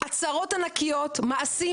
אבל מעשים?